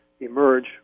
emerge